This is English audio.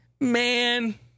Man